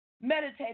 Meditate